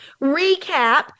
recap